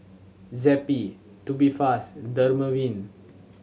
Zappy Tubifast Dermaveen